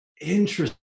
interesting